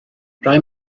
rai